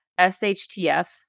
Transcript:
SHTF